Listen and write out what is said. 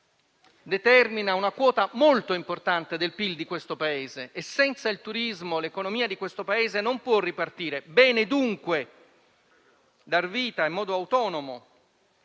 determina una quota molto importante del PIL del Paese e che senza di esso l'economia italiana non può ripartire. Bene, dunque, dar vita in modo autonomo